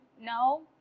No